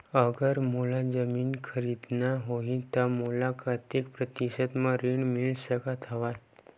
अगर मोला जमीन खरीदना होही त मोला कतेक प्रतिशत म ऋण मिल सकत हवय?